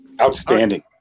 Outstanding